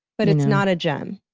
but it's not a gem.